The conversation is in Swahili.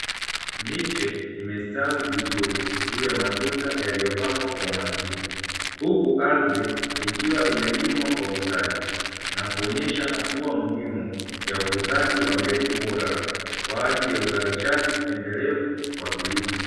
Miche imestawi vizuri juu ya matuta yaliyopangwa kwa umakini. Huku ardhi ikiwa imelimwa kwa ustadi na kuonyesha hatua muhimu ya ukuzaji wa mbegu bora kwa ajili ya uzalishaji endelevu wa kilimo.